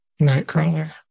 nightcrawler